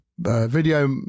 Video